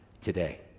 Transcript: today